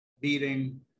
beating